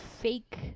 fake